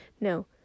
no